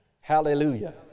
Hallelujah